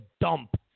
dump